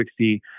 60